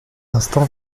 instant